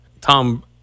Tom